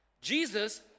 Jesus